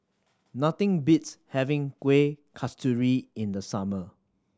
nothing beats having Kuih Kasturi in the summer